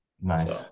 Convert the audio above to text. nice